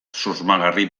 susmagarri